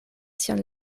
sian